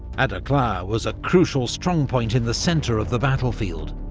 aderklaa was a crucial strongpoint in the centre of the battlefield.